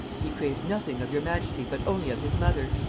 he craves nothing of your majesty, but only of his mother.